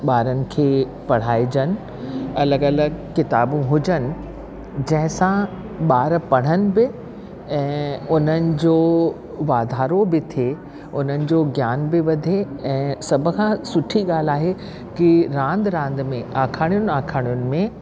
ॿारनि खे पढ़ाइजनि अलॻि अलॻि किताबूं हुजन जंहिंसा ॿार पढ़नि बि ऐं उन्हनि जो वाधारो बि थिए उन्हनि जो ज्ञान बि वधे ऐं सभ खां सुठी ॻाल्हि आहे की रांदि रांदि में आखाणियुनि आखाणियुनि में